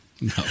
No